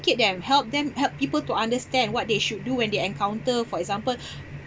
them help them help people to understand what they should do when they encounter for example